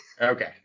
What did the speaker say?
Okay